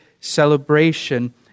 celebration